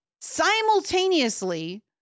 Simultaneously